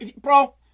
bro